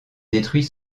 détruit